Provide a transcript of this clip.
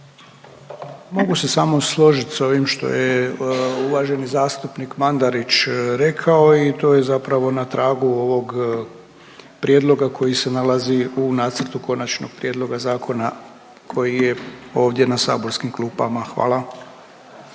Mogu se samo složit s ovim što je uvaženi zastupnik Mandarić rekao i to je zapravo na tragu ovog prijedloga koji se nalazi u nacrtu konačnog prijedloga zakona koji je ovdje na saborskim klupama. Hvala.